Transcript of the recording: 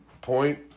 point